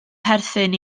perthyn